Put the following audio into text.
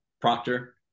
Proctor